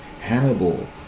Hannibal